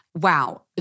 Wow